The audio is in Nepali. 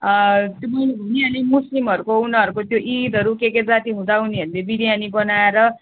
त्यो मैले भनिहालेँ मुस्लिमहरूको उनीहरूको त्यो ईदहरू के के जाति हुँदा उनीहरूले बिरियानी बनाएर हामीलाई